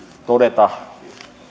todeta